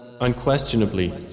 unquestionably